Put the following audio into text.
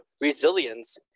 resilience